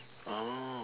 oh